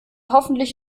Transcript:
hoffentlich